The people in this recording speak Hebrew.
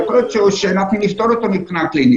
יכול להיות שאנחנו נפטור אותו מבחינה קלינית.